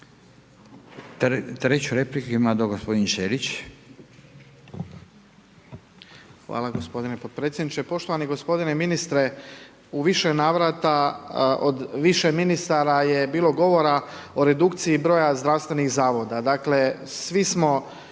Treću repliku ima gospodin Ćelić.